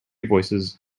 voices